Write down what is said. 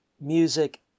music